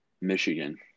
Michigan